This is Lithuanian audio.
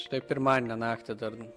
štai pirmadienio naktį dar